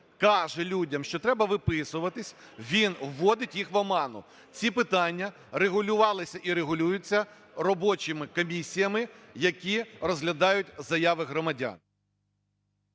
каже людям, що треба виписуватись, він вводить їх в оману. Ці питання регулювалися і регулюються робочими комісіями, які розглядають заяви громадян.